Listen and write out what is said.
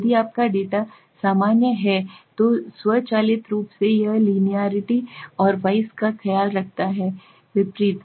यदि आपका डेटा सामान्य है तो स्वचालित रूप से यह लीनियरिटी और वाइस का ख्याल रखता है विपरीत